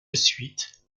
suite